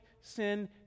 sin